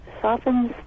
softens